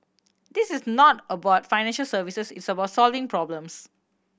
this is not about financial services it's about solving problems